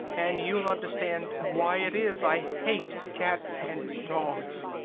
and you'll understand why it is i hate cats and dogs.